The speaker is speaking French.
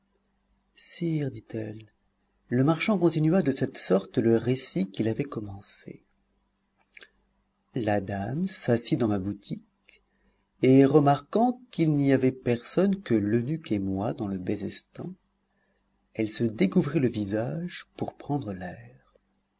sire dit-elle le marchand continua de cette sorte le récit qu'il avait commencé la dame s'assit dans ma boutique et remarquant qu'il n'y avait personne que l'eunuque et moi dans le bezestan elle se découvrit le visage pour prendre l'air